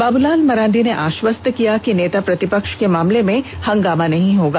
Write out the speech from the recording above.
बाबूलाल मरांडी ने आष्वस्त किया कि नेता प्रतिपक्ष के मामले में हंगामा नहीं होगा